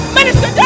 Minister